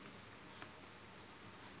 I see